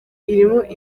irimo